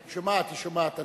היא שומעת, היא שומעת.